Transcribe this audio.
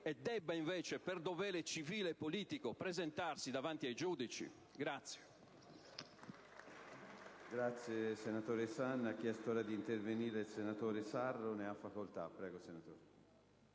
e debba, invece, per dovere civile e politico, presentarsi davanti ai giudici?